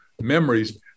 memories